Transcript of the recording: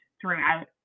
throughout